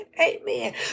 Amen